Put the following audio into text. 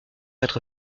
être